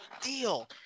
deal